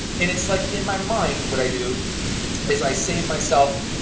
and it's like in my mind what i do is i say to myself,